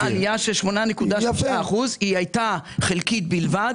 הייתה עלייה של 8.6%. היא הייתה חלקית בלבד.